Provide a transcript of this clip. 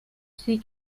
sie